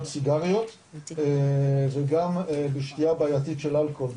סיגריות וגם בשתייה בעייתית של אלכוהול,